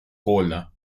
cola